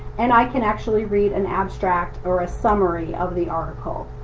and i can actually read an abstract or a summary of the article.